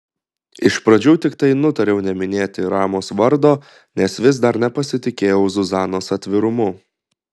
iš pradžių tiktai nutariau neminėti ramos vardo nes vis dar nepasitikėjau zuzanos atvirumu